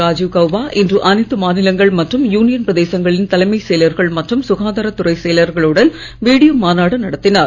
ராஜீவ் கவுபா இன்று அனைத்து மாநிலங்கள் மற்றும் யூனியன் பிரதேசங்களின் தலைமைச் செயலர்கள் மற்றும் சுகாதாரத் துறை செயலர்களுடன் வீடியோ மாநாடு நடத்தினார்